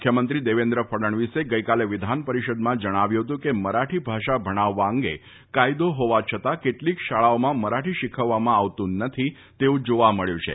મુખ્યમંત્રી દેવેન્દ્ર ફડણવીસે ગઈકાલે વિધાન પરિષદમાં જણાવ્યું ફતું કે મરાઠી ભાષા ભણાવવા અંગે કાયદો ફોવા છતાં કેટલીક શાળાઓમાં મરાઠી શિખવવામાં આવતુ નથી તેવું જાવા મળ્યું છે